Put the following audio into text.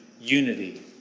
unity